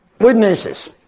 Witnesses